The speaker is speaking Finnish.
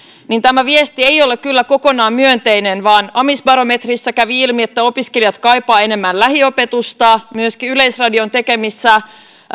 niin tämä viesti ei ole kyllä kokonaan myönteinen vaan amisbarometrissa kävi ilmi että opiskelijat kaipaavat enemmän lähiopetusta myöskin yleisradion tekemissä